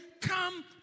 come